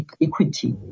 equity